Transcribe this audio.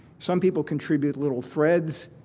some people contribute little threads,